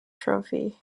trophy